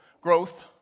growth